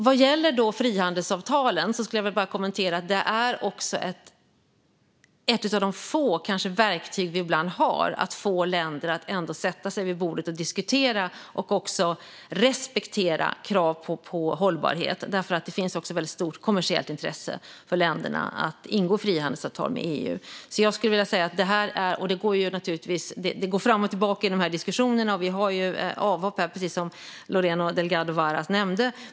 Vad gäller frihandelsavtalen vill jag bara kommentera att det är ett av de få verktyg vi ibland har för att få länder att sätta sig vid bordet och diskutera och också respektera krav på hållbarhet, för det finns också ett väldigt stort kommersiellt intresse för länderna att ingå frihandelsavtal med EU. Det går fram och tillbaka i de här diskussionerna, och vi har avhopp här, precis som Lorena Delgado Varas nämnde.